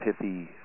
pithy